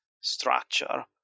structure